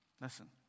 listen